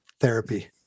therapy